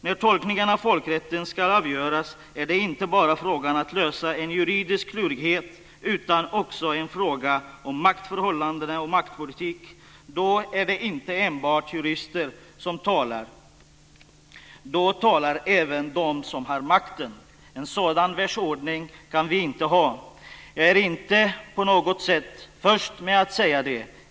När tolkningen av folkrätten ska avgöras är det inte bara frågan om att lösa en juridisk klurighet utan också en fråga om maktförhållanden och maktpolitik. Då är det inte enbart jurister som talar. Då talar även de som har makten. En sådan världsordning kan vi inte ha. Jag är inte på något sätt först med att säga det.